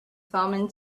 thomen